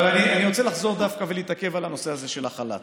אבל אני רוצה לחזור ולהתעכב דווקא על הנושא הזה של החל"ת,